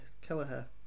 Kelleher